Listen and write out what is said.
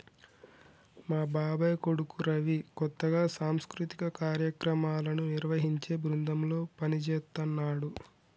మా బాబాయ్ కొడుకు రవి కొత్తగా సాంస్కృతిక కార్యక్రమాలను నిర్వహించే బృందంలో పనిజేత్తన్నాడు